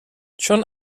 چون